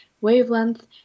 wavelength